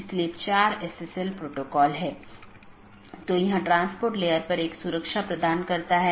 तो autonomous system या तो मल्टी होम AS या पारगमन AS हो सकता है